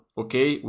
okay